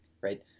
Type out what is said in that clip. right